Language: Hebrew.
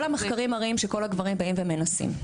כל המחקרים מראים שכל הגברים באים ומנסים.